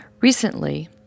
Recently